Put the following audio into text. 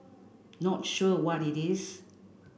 not sure what it is